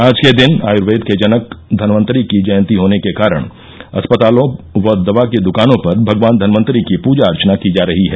आज के दिन आयर्वेद के जनक धन्वंतरी की जयंती होने के कारण अस्पतालों व दवा की दुकानों पर भगवान धन्वंतरी की पूजा अर्चना की जा रही है